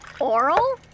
oral